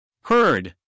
Heard